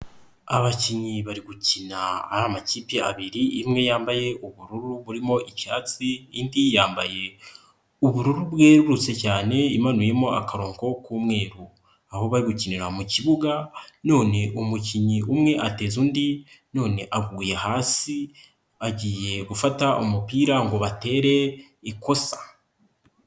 Abakinnyi bari gukina ari amakipe abiri: imwe yambaye ubururu burimo icyatsi indi yambaye ubururu bwerurutse cyane imanuyemo akarongo k'umweru. Aho bari gukinira mu kibuga, none umukinnyi umwe ateza undi none aguye hasi, agiye gufata umupira ngo batere ikosa.